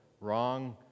Wrong